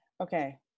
Okay